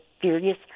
furious